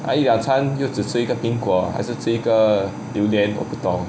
还一两餐只是一个苹果还是一个榴莲我不懂这个